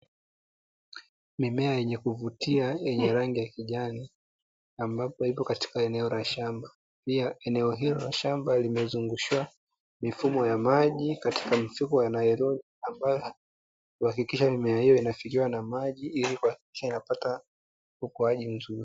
Mimea yenye kuvutia yenye rangi ya kijani, ambapo ipo katika eneo la shamba. Pia, eneo hilo la shamba limezungushiwa mifumo ya maji katika mifuko ya nailoni ambayo huhakikisha mimea hiyo inafidiwa na maji ili kuhakikisha inapata ukuaji mzuri.